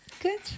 Good